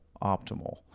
optimal